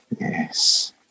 Yes